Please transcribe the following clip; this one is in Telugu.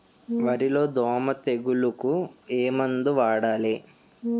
వరిలో దోమ తెగులుకు ఏమందు వాడాలి?